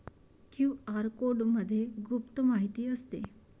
QR कोडमध्ये गुप्त माहिती असते